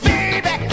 Baby